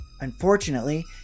Unfortunately